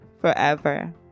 forever